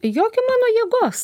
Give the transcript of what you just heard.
jokio mano jėgos taip